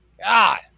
God